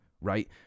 right